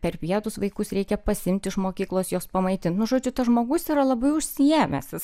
per pietus vaikus reikia pasiimti iš mokyklos jos pamaitint nu žodžiu tas žmogus yra labai užsiėmęs jis